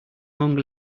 hung